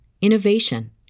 innovation